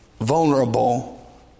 vulnerable